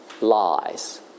lies